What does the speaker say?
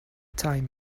time